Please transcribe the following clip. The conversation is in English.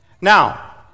Now